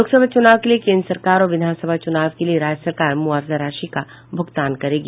लोकसभा चु्नाव के लिए केन्द्र सरकार और विधानसभा चुनाव के लिए राज्य सरकार मुआवजा राशि का भुगतान करेगी